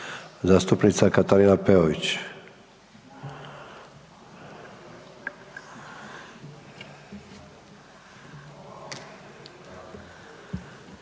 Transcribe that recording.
zastupnica Katarina Peović.